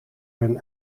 hun